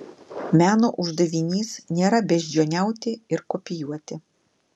meno uždavinys nėra beždžioniauti ir kopijuoti